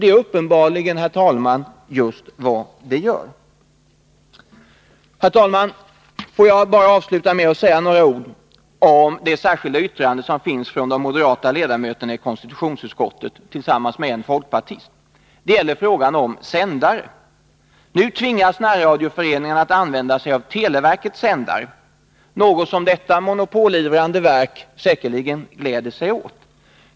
Det är uppenbarligen just vad det gör. Herr talman! Låt mig avsluta med att säga några ord om det särskilda yttrande som moderaterna i konstitutionsutskottet tillsammans med en folkpartist har avgivit. Det gäller frågan om sändare. Nu tvingas närradioföreningarna att använda sig av televerkets sändare, något som detta monopolivrande verk säkerligen gläder sig åt.